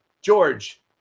george